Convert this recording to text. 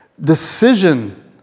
decision